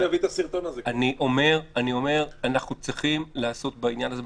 אנחנו צריכים לעשות בעניין הזה.